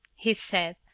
he said,